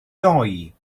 doi